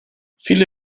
viele